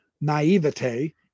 naivete